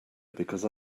because